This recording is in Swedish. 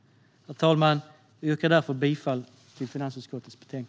Jag yrkar därför bifall till finansutskottets förslag.